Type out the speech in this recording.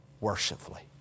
worshipfully